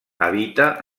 habita